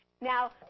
Now